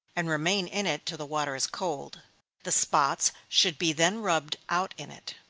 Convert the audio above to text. and remain in it till the water is cold the spots should be then rubbed out in it.